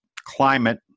climate